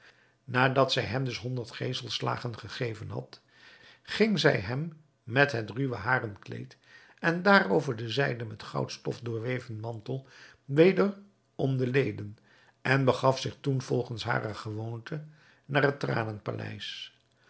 nadat zij hem dus honderd geeselslagen gegeven had hing zij hem het ruwe haren kleed en daarover den zijden met goudstof doorweven mantel weder om de leden en begaf zich toen volgens hare gewoonte naar het